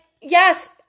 Yes